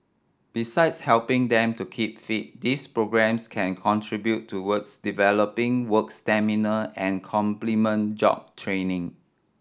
besides helping them to keep fit these programmes can contribute towards developing work stamina and complement job training